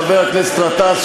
חבר הכנסת גטאס,